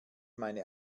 meine